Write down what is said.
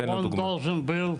תן דוגמה.